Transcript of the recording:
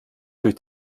durch